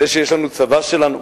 זה שיש לנו צבא שלנו,